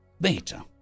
Beta